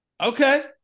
Okay